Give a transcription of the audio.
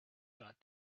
got